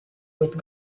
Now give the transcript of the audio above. with